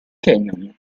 canyon